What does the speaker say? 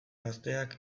gazteak